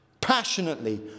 passionately